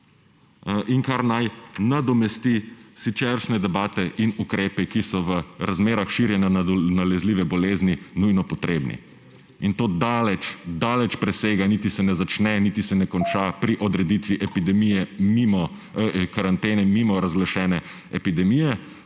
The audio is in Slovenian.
in kar naj nadomesti siceršnje debate in ukrepe, ki so v razmerah širjenja nalezljive bolezni nujno potrebni. In to daleč, daleč presega; niti se ne začne, niti se ne konča pri odreditvi karantene mimo razglašene epidemije,